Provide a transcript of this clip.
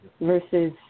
versus